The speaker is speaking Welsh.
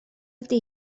ydy